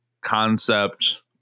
concept